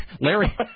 Larry